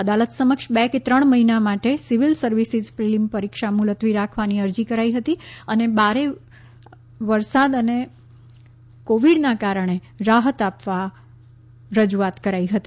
અદાલત સમક્ષ બે કે ત્રણ મહિના માટે સિવિલ સર્વિસીઝ પ્રિલિમ પરીક્ષા મુલતવી રાખવાની અરજી કરી હતી અને બારે વરસાદ અને કોવિડના કારણે રાહત આપવા રજૂઆત કરી હતી